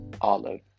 Olive